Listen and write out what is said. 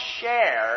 share